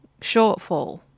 shortfall